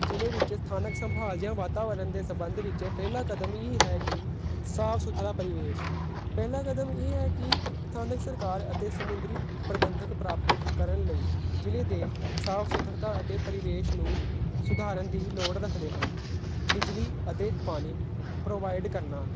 ਜ਼ਿਲ੍ਹੇ ਵਿੱਚ ਸਥਾਨਕ ਸੰਭਾਲ ਜਾਂ ਵਾਤਾਵਰਨ ਦੇ ਸੰਬੰਧ ਵਿੱਚ ਪਹਿਲਾ ਕਦਮ ਇਹ ਹੈ ਕਿ ਸਾਫ਼ ਸੁਥਰਾ ਪਰਿਵੇਸ਼ ਪਹਿਲਾ ਕਦਮ ਇਹ ਹੈ ਕਿ ਸਥਾਨਕ ਸਰਕਾਰ ਅਤੇ ਸਮੁੰਦਰੀ ਪ੍ਰਬੰਧਕ ਪ੍ਰਾਪਤ ਕਰਨ ਲਈ ਜ਼ਿਲ੍ਹੇ ਦੇ ਸਾਫ਼ ਸੁਥਰਾ ਅਤੇ ਪਰਿਵੇਸ਼ ਨੂੰ ਸੁਧਾਰਨ ਦੀ ਲੋੜ ਰੱਖਦੇ ਹਨ ਬਿਜਲੀ ਅਤੇ ਪਾਣੀ ਪ੍ਰੋਵਾਈਡ ਕਰਨਾ